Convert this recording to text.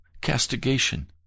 castigation